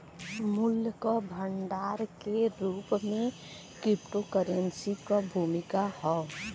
मूल्य क भंडार के रूप में क्रिप्टोकरेंसी क भूमिका हौ